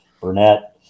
Burnett